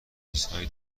چیزهایی